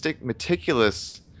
meticulous